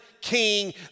king